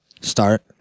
start